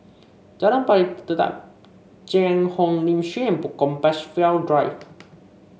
Jalan Pari Dedap Cheang Hong Lim Compassvale Drive